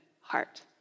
heart